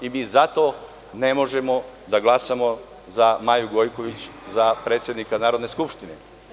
Mi zato ne možemo da glasamo za Maju Gojković za predsednika Narodne skupštine.